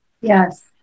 Yes